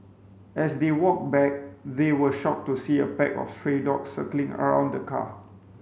as they walked back they were shocked to see a pack of stray dogs circling around the car